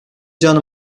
cana